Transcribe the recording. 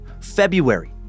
February